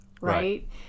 right